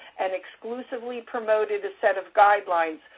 and exclusively promoted a set of guidelines,